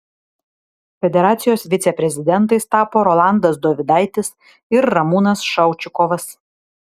federacijos viceprezidentais tapo rolandas dovidaitis ir ramūnas šaučikovas